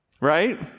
right